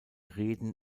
reden